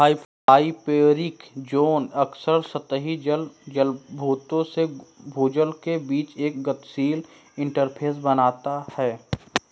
hyporheic zone अक्सर सतही जल जलभृतों से भूजल के बीच एक गतिशील इंटरफ़ेस बनाता है